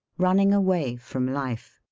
running away from life